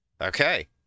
Okay